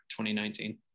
2019